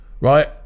right